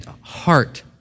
heart